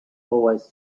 always